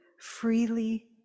freely